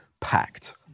packed